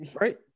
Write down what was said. Right